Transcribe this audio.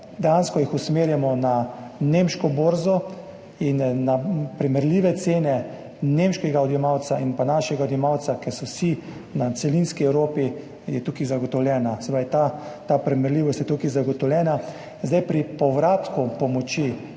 dejansko jih usmerjamo na nemško borzo in na primerljive cene nemškega odjemalca in našega odjemalca, ker so vsi na celinski Evropi, je tukaj zagotovljena ta primerljivost. Pri povratku pomoči,